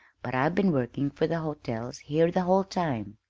but i've been working for the hotels here the whole time.